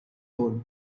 hole